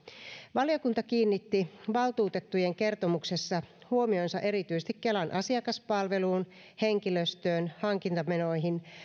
valiokunta kiinnitti valtuutettujen kertomuksessa huomionsa erityisesti kelan asiakaspalveluun henkilöstöön hankintamenoihin